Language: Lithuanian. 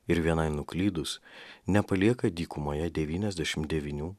ir vienai nuklydus nepalieka dykumoje devyniasdešim devynių